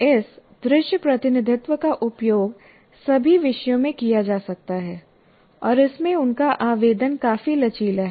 इस दृश्य प्रतिनिधित्व का उपयोग सभी विषयों में किया जा सकता है और इसमें उनका आवेदन काफी लचीला है